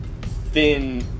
thin